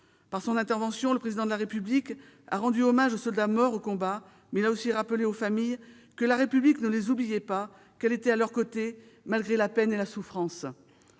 Dans son intervention, le Président la République a rendu hommage aux soldats morts au combat. Il a aussi rappelé aux familles que la République ne les oubliait pas, qu'elle était à leurs côtés, malgré la peine et la souffrance.